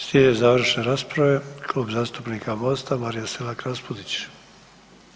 Slijede završne rasprave, Klub zastupnika MOST-a, Marija Selak Raspudić.